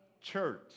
Church